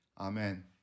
Amen